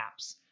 apps